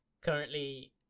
currently